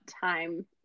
time